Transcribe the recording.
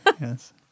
Yes